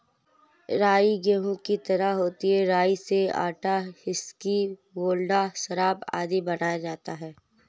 राई गेहूं की तरह होती है राई से आटा, व्हिस्की, वोडका, शराब आदि बनाया जाता है